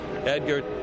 Edgar